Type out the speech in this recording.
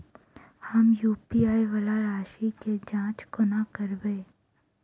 हम यु.पी.आई वला राशि केँ जाँच कोना करबै?